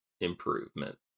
improvement